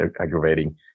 aggravating